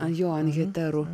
an jo ant heterų